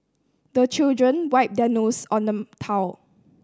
the children wipe their nose on the towel